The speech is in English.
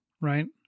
Right